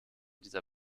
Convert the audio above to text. dieser